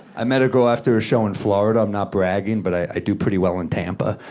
i met a girl after a show in florida. i'm not bragging, but i do pretty well in tampa,